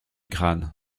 crâne